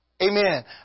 Amen